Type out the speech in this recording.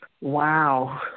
Wow